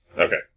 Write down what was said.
Okay